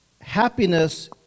Happiness